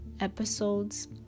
episodes